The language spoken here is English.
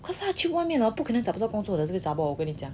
但是他去外面 hor 不可能找不到工作的这个 zhabor 跟你讲